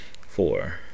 four